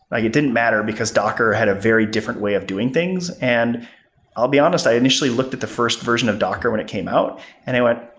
like it didn't matter, because docker had a very different way of doing things. and i'll be honest. i initially looked at the first version of docker when it came out and i went,